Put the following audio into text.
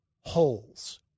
holes